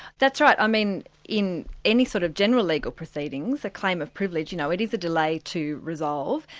that's right. i mean in any sort of general legal proceedings, a claim of privilege, you know it is a delay to resolve,